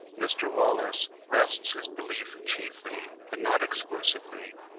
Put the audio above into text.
mr. wallace rests his belief chiefly, but not exclusively,